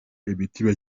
imitima